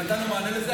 נתנו מענה לזה,